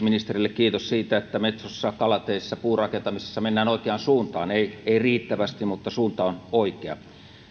ministerille kiitos siitä että metsossa kalateissä ja puurakentamisessa mennään oikeaan suuntaan ei ei riittävästi mutta suunta on oikea